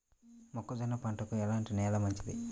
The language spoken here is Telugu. మొక్క జొన్న పంటకు ఎలాంటి నేల మంచిది?